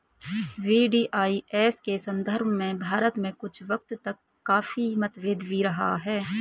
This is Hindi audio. वी.डी.आई.एस के संदर्भ में भारत में कुछ वक्त तक काफी मतभेद भी रहा है